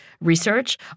research